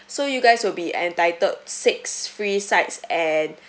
so you guys will be entitled six free sides and